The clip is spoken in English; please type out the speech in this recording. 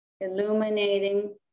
illuminating